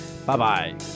Bye-bye